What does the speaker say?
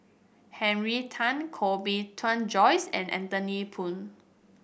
Henry Tan Koh Bee Tuan Joyce and Anthony Poon